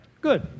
Good